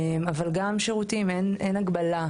אבל גם של שירותים, אין הגבלה.